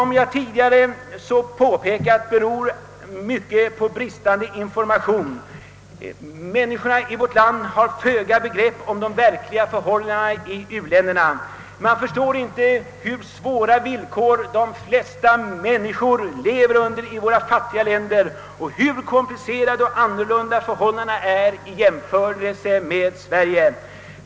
Som jag tidigare påpekat beror mycket på bristande information. Människorna i vårt land har föga begrepp om hur de verkliga förhållandena är i uländerna. Man förstår inte hur svåra villkor de flesta människor lever under i de fattiga länderna och hur komplicerade och annorlunda förhållandena där är i jämförelse med förhållandena i Sverige.